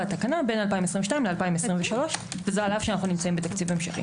התקנה בין 2022 ל-2023 וזה על אף שאנו נמצאים בתקציב המשכי.